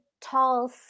tall